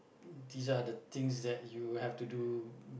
these are the things that you have to do